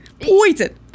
Poison